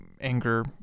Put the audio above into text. anger